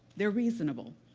they're reasonable.